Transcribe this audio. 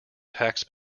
tax